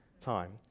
time